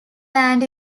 land